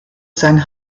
sein